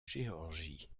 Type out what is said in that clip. géorgie